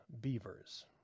beavers